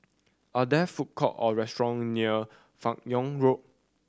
are there food court or restaurant near Fan Yoong Road